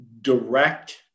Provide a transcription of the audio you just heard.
direct